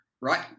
right